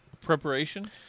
Preparation